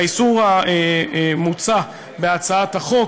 האיסור המוצע בהצעת החוק